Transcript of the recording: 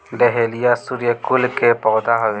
dahlia सूर्यकुल के पौधा हवे